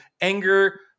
anger